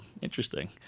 Interesting